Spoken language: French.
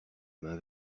main